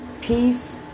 Peace